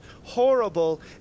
horrible